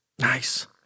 Nice